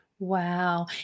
Wow